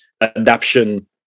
adaption